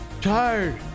Tired